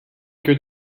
que